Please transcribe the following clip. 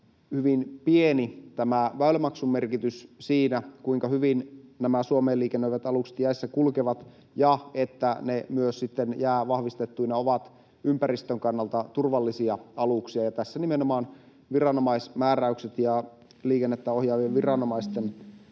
selvää, että tämä väylämaksun merkitys on hyvin pieni siinä, kuinka hyvin nämä Suomeen liikennöivät alukset jäissä kulkevat, ja että ne myös sitten jäävahvistettuina ovat ympäristön kannalta turvallisia aluksia. Ja tässä nimenomaan viranomaismääräykset ja liikennettä ohjaavien viranomaisten toiminta